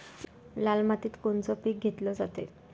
लाल मातीत कोनचं पीक घेतलं जाते?